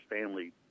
family